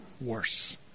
worse